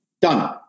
Done